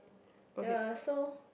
ya so